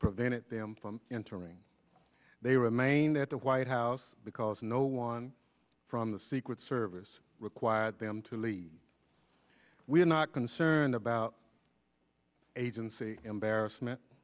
prevented them from entering they remain at the white house because no one from the secret service required them to lead we are not concerned about agency embarrassment